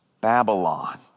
Babylon